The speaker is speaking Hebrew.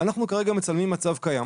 אנחנו כרגע מצלמים מצב קיים.